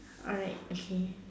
alright okay